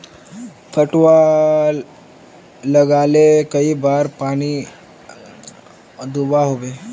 पटवा लगाले कई बार पानी दुबा होबे?